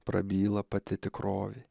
prabyla pati tikrovė